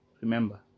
remember